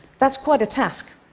that's quite a task.